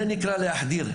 זה נקרא להחדיר.